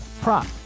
prop